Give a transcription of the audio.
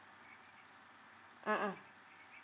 mmhmm